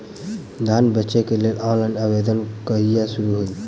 धान बेचै केँ लेल ऑनलाइन आवेदन कहिया शुरू हेतइ?